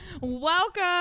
Welcome